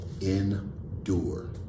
Endure